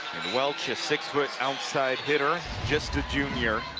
welch is six foot outside hitter, just a junior.